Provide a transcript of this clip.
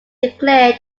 declared